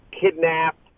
kidnapped